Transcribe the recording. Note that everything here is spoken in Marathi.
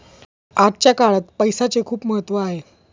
आजच्या काळात पैसाचे खूप महत्त्व आहे